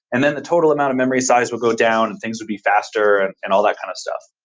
and then the total amount of memory size will go down and things would be faster and all that kind of stuff.